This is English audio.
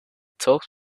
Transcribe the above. talked